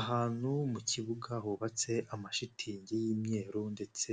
Ahantu mu kibuga hubatse amashitingi y'imyeru, ndetse